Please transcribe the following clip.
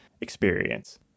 experience